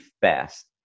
fast